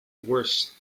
worse